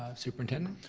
ah superintendent?